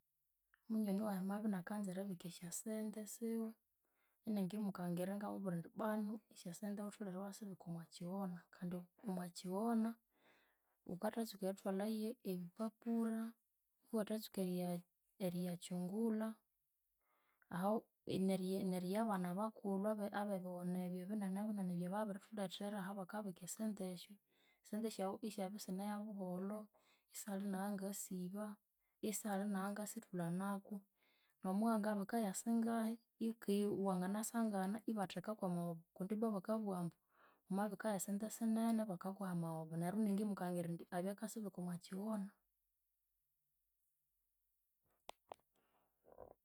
Munywani wayi amabya inakanza eribika esyasente siwe, iningimukangirira ingamubwira indi bbwanu esyasente wutholhere iwasibika omo kighona kandi omwa kighona wukathatsuka erithwalayo ebipapura, iwathatsuka eriya eriyatsungulha ahawu, n'eri- n'eriyabana abakulhu ab'e ab'ebighona ebyo ebinene binene ebyababirithulhethera ahabakabika esyasente esyo, esyasente syawu isyabya isine yabuholho isihali n'eyangasiba, isihali n'eyangasithulha nako n'omuwangabika yasingahi kii wanganasangana ibatheka kwamaghoba kundi ibbwa bakabugha ambu wamabika y'esente sinene bakakuha amaghoba neryo iningimukangirira indi abye akasibika omo kighona.